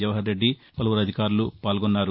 జవహర్ రెడ్డి పలువురు అధికారులు పాల్గొన్నారు